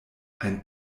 ein